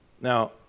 Now